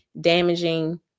damaging